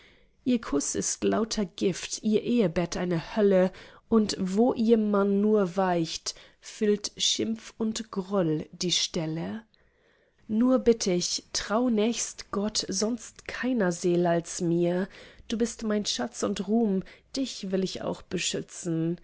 ihr kuß ist lauter gift ihr ehbett eine hölle und wo ihr mann nur weicht füllt schimpf und groll die stelle nur bitt ich trau nächst gott sonst keiner seel als mir du bist mein schatz und ruhm dich will ich auch beschützen